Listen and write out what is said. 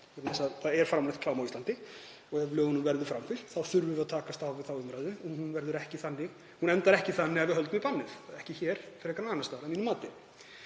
það er framleitt klám á Íslandi og ef lögunum verður framfylgt þurfum við að takast á við þá umræðu og hún endar ekki þannig að við höldum í bannið, ekki hér frekar en annars staðar að mínu mati.